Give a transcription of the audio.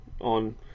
on